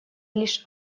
лишь